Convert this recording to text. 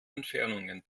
entfernungen